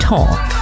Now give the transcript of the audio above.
Talk